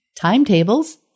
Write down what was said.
timetables